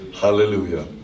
hallelujah